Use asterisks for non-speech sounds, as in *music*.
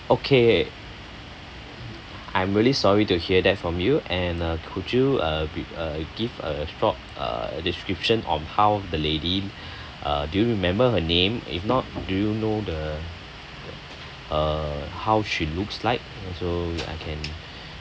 okay I'm really sorry to hear that from you and uh could you uh be uh give a short uh description of how the lady *breath* uh do you remember her name if not do you know the uh how she looks like also I can